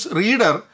reader